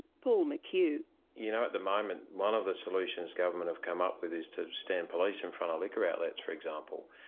paul mccue you know, at the moment one of the solutions government have come up with is to stand police in front of liquor outlets, for example.